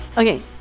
Okay